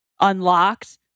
unlocked